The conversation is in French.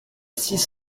six